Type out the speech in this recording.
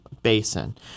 basin